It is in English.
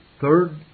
Third